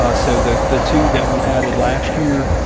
ah so the the two that we added last year,